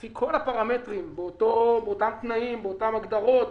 לפי כל הפרמטרים, באותם תנאים והגדרות,